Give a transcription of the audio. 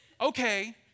okay